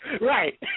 Right